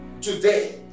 today